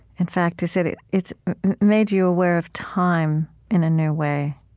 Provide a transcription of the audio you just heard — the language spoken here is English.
in fact, is that it's made you aware of time in a new way.